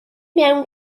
mewn